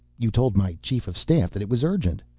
you told my chief of staff that it was urgent,